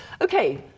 Okay